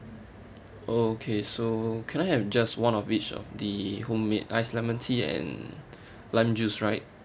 okay so can I have just one of each of the homemade ice lemon tea and lime juice right